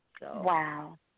Wow